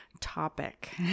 topic